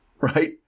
right